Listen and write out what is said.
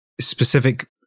specific